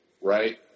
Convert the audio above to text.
right